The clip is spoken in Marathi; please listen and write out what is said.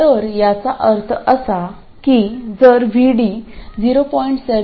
तर याचा अर्थ असा की जर VD ०